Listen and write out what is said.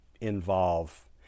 involve